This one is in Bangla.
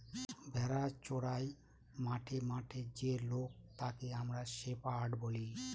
ভেড়া চোরাই মাঠে মাঠে যে লোক তাকে আমরা শেপার্ড বলি